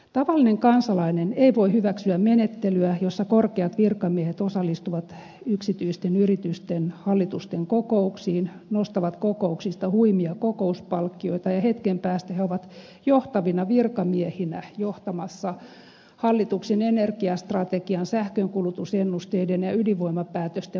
tavallinen kansalainen ei voi hyväksyä menettelyä jossa korkeat virkamiehet osallistuvat yksityisten yritysten hallitusten kokouksiin nostavat kokouksista huimia kokouspalkkioita ja hetken päästä ovat johtavina virkamiehinä johtamassa hallituksen energiastrategian sähkönkulutusennusteiden ja ydinvoimapäätösten valmistelua